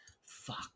fuck